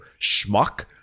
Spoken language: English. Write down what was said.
Schmuck